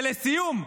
ולסיום,